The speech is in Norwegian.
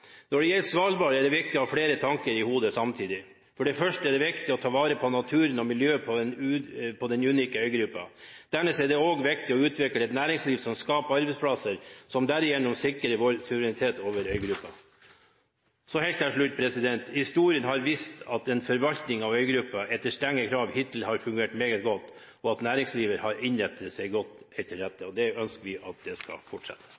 Når det gjelder Svalbard, er det viktig å ha flere tanker i hodet samtidig. For det første er det viktig å ta vare på naturen og miljøet på denne unike øygruppa. Dernest er det også viktig å utvikle et næringsliv som skaper arbeidsplasser, og som derigjennom sikrer vår suverenitet over øygruppa. Så helt til slutt: Historien har vist at en forvaltning av øygruppa etter strenge krav hittil har fungert meget godt, og at næringslivet har innrettet seg godt etter dette. Vi ønsker at det skal fortsette.